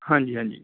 ਹਾਂਜੀ ਹਾਂਜੀ